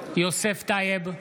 טייב,